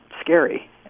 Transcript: scary